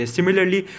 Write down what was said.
Similarly